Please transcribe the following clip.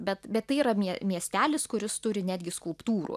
bet bet tai yra mie miestelis kuris turi netgi skulptūrų